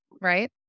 right